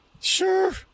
sure